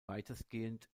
weitestgehend